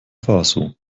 faso